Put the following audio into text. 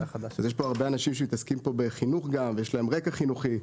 יש פה הרבה אנשים שמתעסקים פה בחינוך ויש להם רקע חינוכי.